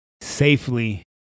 safely